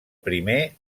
primer